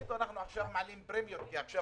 ויאמרו שעכשיו מעלים פרמיות כי עכשיו